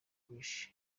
krish